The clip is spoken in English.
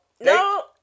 No